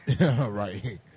Right